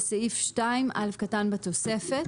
לסעיף 2(א) בתוספת.